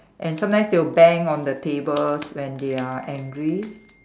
and sometimes they will bang on the tables when they are angry